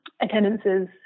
attendances